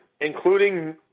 including